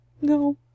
No